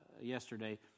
yesterday